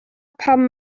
pam